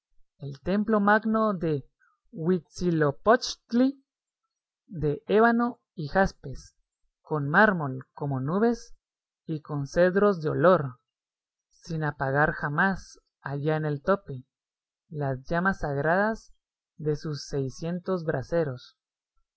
el templo magno de huitzilopochtli de ébano y jaspes con mármol como nubes y con cedros de olor sin apagar jamás allá en el tope las llamas sagradas de sus seiscientos braseros